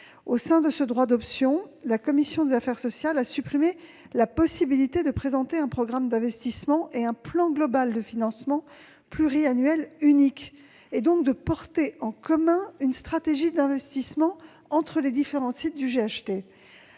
l'exercice de ce droit d'option, la commission des affaires sociales a supprimé la possibilité de présenter un programme d'investissement et un plan global de financement pluriannuel unique, et donc de mener en commun, entre les différents sites du GHT,